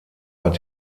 hat